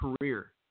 career